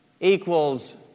Equals